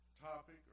topic